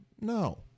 No